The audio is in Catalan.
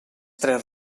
tres